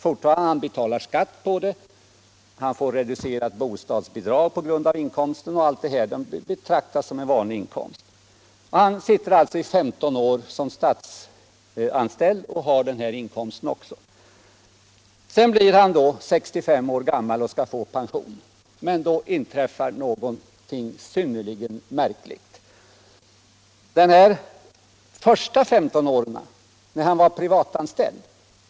Han betalar skatt på dessa pengar, han får reducerat bostadsbidrag på grund av dem; de betraktas som en vanlig inkomst. Han sitter i 15 år som statsanställd och har alltså också denna extrainkomst. Sedan blir han 65 år gammal och skall få pension. Men då inträffar någonting synnerligen märkligt. Han får pension för de första 15 åren, när han var privatanställd.